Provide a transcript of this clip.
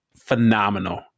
phenomenal